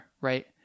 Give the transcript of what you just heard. right